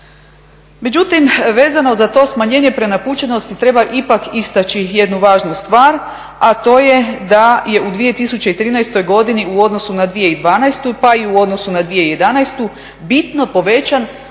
Međutim, vezano za to smanjenje prenapučenosti treba ipak istaći jednu važnu stvar, a to je da je u 2013. godini u odnosu na 2012., pa i u odnosu na 2011. bitno povećan